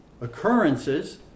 occurrences